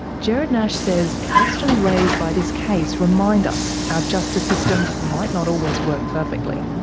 gerard nash says questions raised by this case remind us our justice system might not always work perfectly.